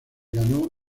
ganó